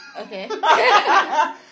Okay